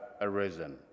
arisen